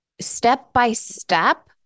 step-by-step